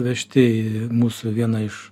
vežti į mūsų vieną iš